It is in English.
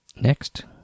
Next